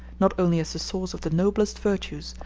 not only as the source of the noblest virtues,